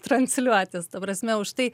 transliuotis ta prasme už tai